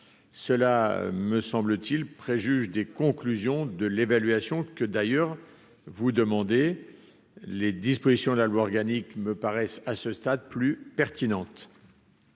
cela me semble-t-il, préjuge des conclusions de l'évaluation que d'ailleurs vous demandez les dispositions de la loi organique me paraissent à ce stade, plus pertinente.